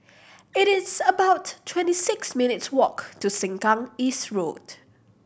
it is about twenty six minutes' walk to Sengkang East Road